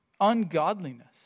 ungodliness